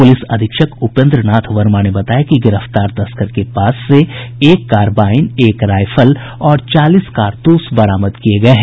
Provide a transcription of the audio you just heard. police अधीक्षक उपेन्द्र नाथ वर्मा ने बताया कि गिरफ्तार तस्कर के पास से एक कारबाईन एक रायफल और चालीस कारतूस बरामद किये गये हैं